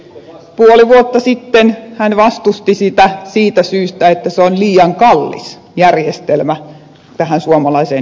puoli vuotta sitten hän vastusti sitä siitä syystä että se on liian kallis järjestelmä suomalaiseen yhteiskuntaan